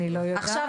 אני לא יודעת.